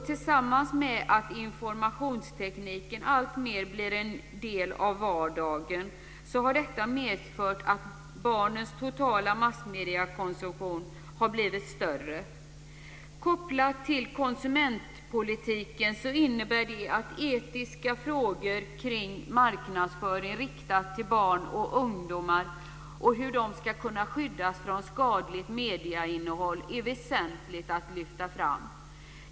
Tillsammans med att informationstekniken alltmer blir en del av vardagen har detta medfört att barnens totala massmediekonsumtion blivit större. Kopplat till konsumentpolitiken innebär det att etiska frågor kring marknadsföring riktad till barn och ungdomar och hur de ska kunna skyddas från skadligt medieinnehåll är väsentliga att lyfta fram.